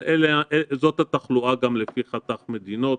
אבל זו התחלואה גם לפי חתך מדינות.